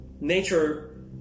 nature